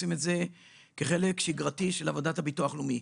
אנחנו עושים את זה כחלק שגרתי של עבודת הביטוח הלאומי.